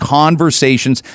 conversations